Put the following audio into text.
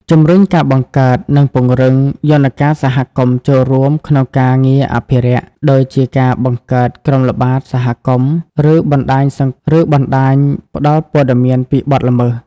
ជំរុញការបង្កើត និងពង្រឹង យន្តការសហគមន៍ចូលរួមក្នុងការងារអភិរក្ស ដូចជាការបង្កើតក្រុមល្បាតសហគមន៍ ឬបណ្តាញផ្តល់ព័ត៌មានពីបទល្មើស។